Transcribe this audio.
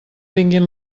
vinguin